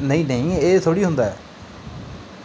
ਨਹੀਂ ਨਹੀਂ ਇਹ ਥੋੜ੍ਹੀ ਹੁੰਦਾ